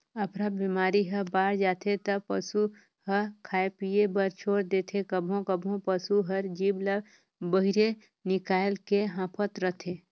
अफरा बेमारी ह बाड़ जाथे त पसू ह खाए पिए बर छोर देथे, कभों कभों पसू हर जीभ ल बहिरे निकायल के हांफत रथे